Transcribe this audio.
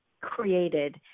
created